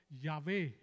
Yahweh